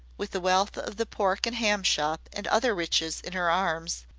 with the wealth of the pork and ham shop and other riches in her arms,